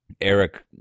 Eric